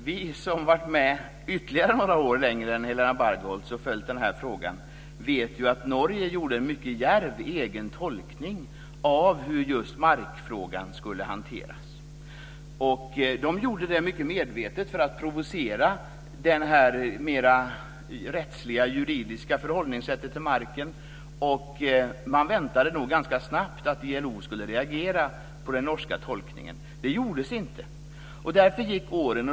Fru talman! Vi som har varit med några år längre än Helena Bargholtz och har följt frågan vet att Norge gjorde en mycket djärv egen tolkning av hur just markfrågan skulle hanteras. De gjorde det mycket medvetet för att provocera i fråga om det mera rättsliga juridiska förhållningssättet till marken. Man väntade nog att ILO skulle reagera ganska snabbt på den norska tolkningen. Det skedde inte. Därför gick åren.